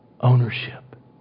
ownership